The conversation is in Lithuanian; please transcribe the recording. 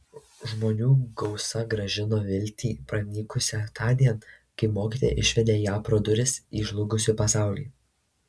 žmonių gausa grąžino viltį pranykusią tądien kai mokytoja išvedė ją pro duris į žlugusį pasaulį